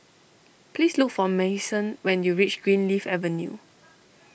please look for Mason when you reach Greenleaf Avenue